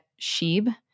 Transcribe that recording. Sheeb